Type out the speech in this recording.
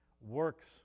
works